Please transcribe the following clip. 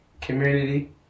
community